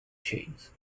chains